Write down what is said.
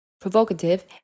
provocative